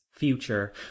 Future